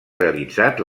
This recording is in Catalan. realitzat